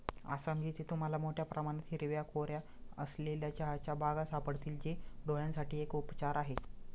आसाम, जिथे तुम्हाला मोठया प्रमाणात हिरव्या कोऱ्या असलेल्या चहाच्या बागा सापडतील, जे डोळयांसाठी एक उपचार आहे